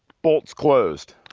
bolt's closed.